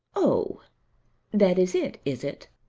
oh that is it, is it?